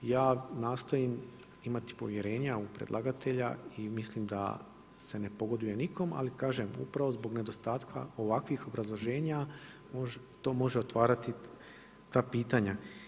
Ja nastojim imati povjerenja u predlagatelja i mislim da se ne pogoduje nikom, ali kažem upravo zbog nedostatka ovakvih obrazloženja to može otvarati ta pitanja.